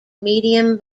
medium